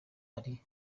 ari